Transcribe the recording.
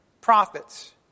prophets